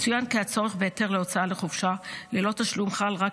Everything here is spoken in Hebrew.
יצוין כי הצורך בהיתר להוצאה לחופשה ללא תשלום חל רק